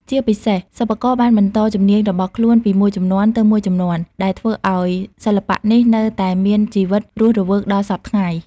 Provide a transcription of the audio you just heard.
ជាពិសេស សិប្បករបានបន្តជំនាញរបស់ខ្លួនពីមួយជំនាន់ទៅមួយជំនាន់ ដែលធ្វើឱ្យសិល្បៈនេះនៅតែមានជីវិតរស់រវើកដល់សព្វថ្ងៃ។